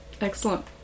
Excellent